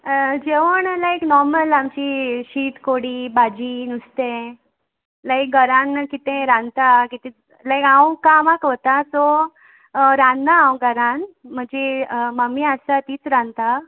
जेवण लायक नॉर्मल आमची शीत कोडी भाजी नुस्तें लायक घरान कितें रांदता कितें लायक हांव कामाक वता सो रांदना हांव घरान म्हाजी मामी आसता तीच रांदता